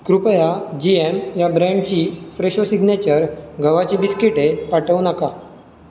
कृपया G M या ब्रँडची फ्रेशो सिग्नेचर गव्हाची बिस्किटे पाठवू नका